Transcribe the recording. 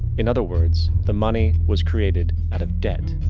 in other words, the money was created out of debt.